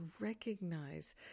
recognize